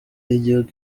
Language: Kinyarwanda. y’igihugu